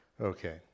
Okay